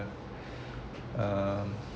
um